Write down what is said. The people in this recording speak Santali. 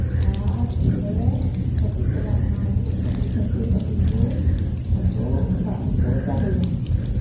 ᱟᱨ ᱚᱰᱮ ᱠᱟᱹᱴᱤᱪ ᱪᱟᱞᱟᱝ ᱠᱟᱹᱴᱤᱡ ᱪᱷᱟᱴᱤ ᱯᱟᱹᱴᱤ ᱠᱚ ᱚᱱᱟ ᱠᱚ ᱫᱟᱜ ᱨᱮᱠᱚ ᱪᱟᱰᱚᱭᱟ